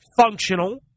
functional